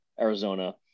Arizona